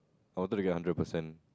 I wanted to get a hundred percent